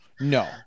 No